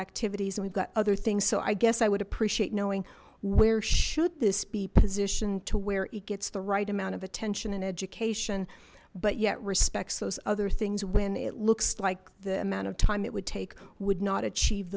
activities and we've got other things so i guess i would appreciate knowing where should this be positioned to where it gets the right amount of attention and education but yet respects those other things when it looks like the amount of time it would take would not achieve